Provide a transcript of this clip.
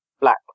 black